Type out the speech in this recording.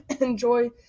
enjoy